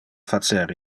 facer